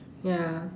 ya